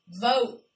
vote